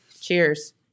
Cheers